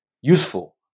useful